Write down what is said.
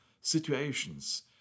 situations